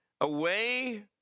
away